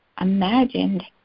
imagined